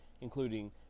including